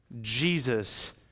Jesus